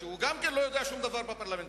שהוא גם לא יודע שום דבר בפרלמנטריזם.